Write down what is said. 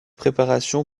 préparation